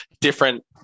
different